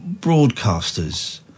broadcasters